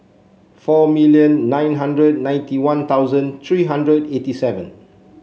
four million nine hundred ninety One Thousand three hundred eighty seven